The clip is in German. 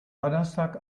donnerstag